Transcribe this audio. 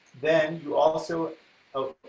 then you also oh,